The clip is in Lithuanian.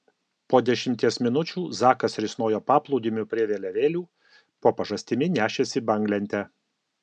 po dešimties minučių zakas risnojo paplūdimiu prie vėliavėlių po pažastimi nešėsi banglentę